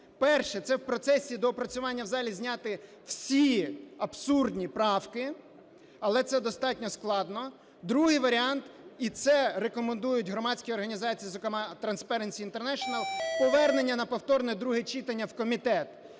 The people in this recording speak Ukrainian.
Перший – це в процесі доопрацювання в залі зняти всі абсурдні правки. Але це достатньо складно. Другий варіант, і це рекомендують громадські організації, зокрема Transparency International, – повернення на повторне друге читання в комітет.